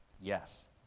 Yes